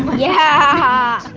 yeah, ha